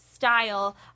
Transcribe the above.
style